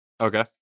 okay